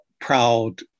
proud